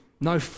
No